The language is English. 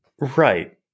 Right